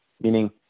meaning